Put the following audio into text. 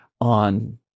on